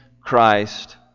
Christ